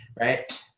Right